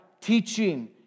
teaching